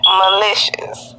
malicious